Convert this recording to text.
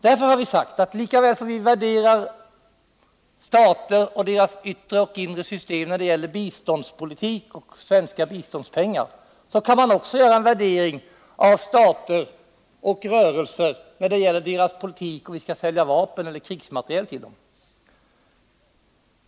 Därför har vi sagt att lika väl som vi värderar stater och deras inre och yttre system när det gäller svensk biståndspolitik och svenska biståndspengar kan vi göra en värdering av stater och rörelser när det gäller deras politik i samband med frågan huruvida vi skall sälja vapen och krigsmateriel till dem.